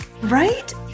Right